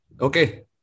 Okay